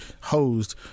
hosed